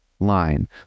line